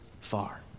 far